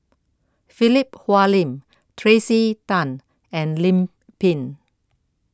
Philip Hoalim Tracey Tan and Lim Pin